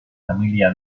familia